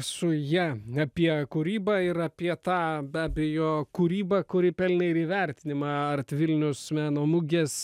su ja apie kūrybą ir apie tą be abejo kūrybą kuri pelnė ir įvertinimą artvilnius meno mugės